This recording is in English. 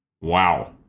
Wow